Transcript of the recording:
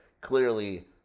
clearly